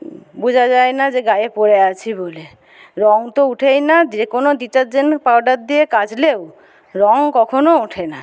বোঝা যায় না যে গায়ে পরে আছি বলে রঙ তো উঠেই না যে কোনো ডিটারজেন্ট পাউডার দিয়ে কাঁচলেও রঙ কখনো ওঠে না